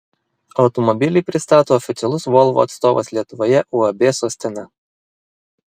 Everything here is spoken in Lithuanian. automobilį pristato oficialus volvo atstovas lietuvoje uab sostena